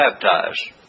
baptized